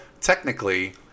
technically